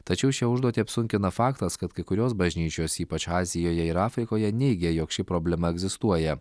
tačiau šią užduotį apsunkina faktas kad kai kurios bažnyčios ypač azijoje ir afrikoje neigia jog ši problema egzistuoja